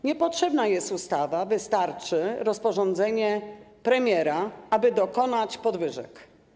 Niepotrzebna jest ustawa, wystarczy rozporządzenie premiera, aby dokonać podwyżek.